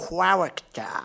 character